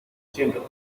siento